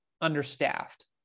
understaffed